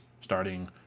starting